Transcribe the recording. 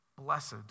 blessed